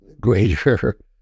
greater